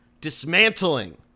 dismantling